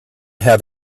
have